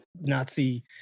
Nazi